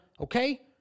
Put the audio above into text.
Okay